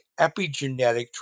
epigenetic